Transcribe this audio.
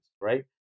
right